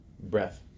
breath